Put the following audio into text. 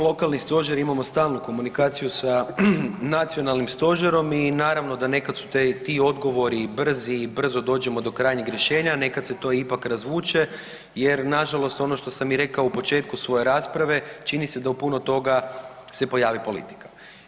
Mi kao lokalni stožer imamo stalnu komunikaciju sa nacionalnim stožerom i naravno da nekad su ti odgovori i brzi i brzo dođemo do krajnjeg rješenja, a nekad se to ipak razvuče jer nažalost ono što sam i rekao u početku svoje rasprave, čini se da u puno toga se pojavi politika.